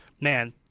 man